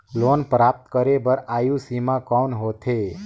Loan प्राप्त करे बर आयु सीमा कौन होथे?